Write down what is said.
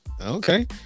Okay